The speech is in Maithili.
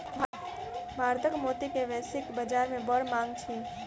भारतक मोती के वैश्विक बाजार में बड़ मांग अछि